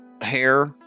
hair